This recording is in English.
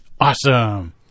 Awesome